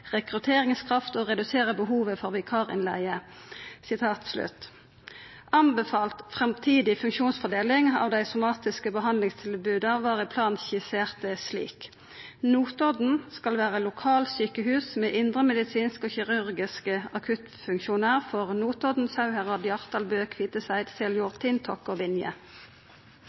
rekrutteringskraft og redusere behovet for vikarinnleie.» Den anbefalte framtidige funksjonsfordelinga av dei somatiske behandlingstilboda var i planen skissert slik: Notodden skal vera lokalsjukehus «med indremedisinsk og kirurgisk akuttfunksjon for Notodden, Sauherad, Hjartdal, Bø, Kviteseid, Seljord, Tinn, Tokke og Vinje».